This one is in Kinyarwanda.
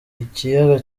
ikiyaga